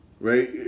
right